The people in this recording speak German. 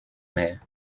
mehr